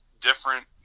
different